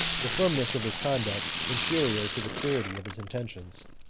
the firmness of his conduct inferior to the purity of his intentions.